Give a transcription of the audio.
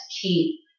keep